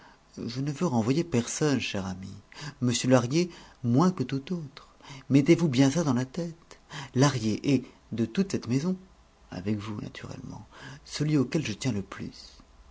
je ne veux renvoyer personne cher ami m lahrier moins que tout autre mettez-vous bien ça dans la tête lahrier est de toute cette maison avec vous naturellement celui auquel je tiens le plus